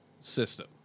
system